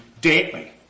daily